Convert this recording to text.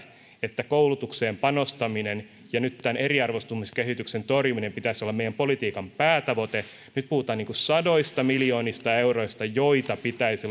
että koulutukseen panostamisen ja nyt tämän eriarvoistumiskehityksen torjumisen pitäisi olla meidän politiikkamme päätavoite nyt puhutaan sadoista miljoonista euroista joita pitäisi